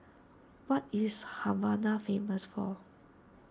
what is Havana famous for